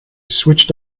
switched